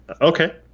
Okay